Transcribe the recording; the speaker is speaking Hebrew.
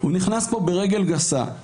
הוא נכנס פה ברגל גסה,